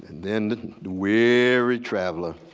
then the weary traveler.